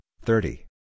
thirty